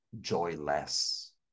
joyless